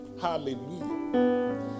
Hallelujah